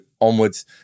onwards